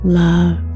love